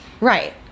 Right